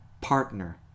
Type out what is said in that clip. partner